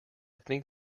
think